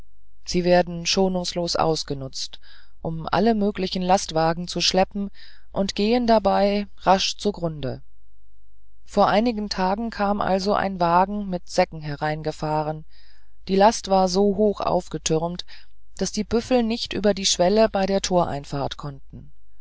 sie werden schonungslos ausgenutzt um alle möglichen lastwagen zu schleppen und gehen dabei rasch zugrunde vor einigen tagen kam also ein wagen mit säcken hereingefahren die last war so hoch aufgetürmt daß die büffel nicht über die schwelle bei der toreinfahrt konnten